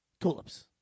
tulips